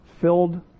filled